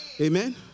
Amen